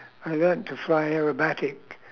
I learnt to fly aerobatic